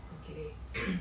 okay